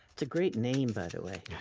it's a great name, by the way.